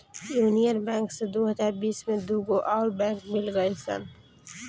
union Bank से दू हज़ार बिस में दूगो अउर बैंक मिल गईल सन